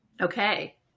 Okay